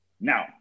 Now